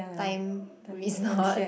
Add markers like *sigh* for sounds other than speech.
time resort *laughs*